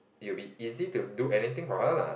it will be easy to do anything for her lah